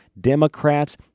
Democrats